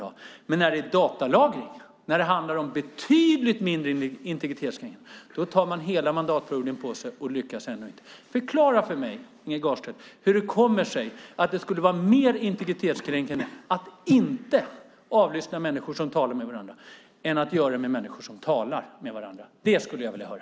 När det gäller datalagring, som handlar om en betydligt mindre integritetskränkning, tar man dock hela mandatperioden på sig - och lyckas ändå inte. Förklara för mig, Inge Garstedt, hur det kommer sig att det skulle vara mer integritetskränkande att inte avlyssna människor som talar med varandra än att avlyssna människor som talar med varandra! Det skulle jag vilja höra.